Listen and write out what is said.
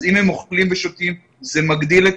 אז אם הם אוכלים ושותים זה מגדיל את